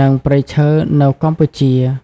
និងព្រៃឈើនៅកម្ពុជា។